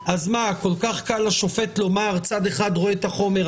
אז כל כך קל לשופט לומר שצד אחד רואה את החומר,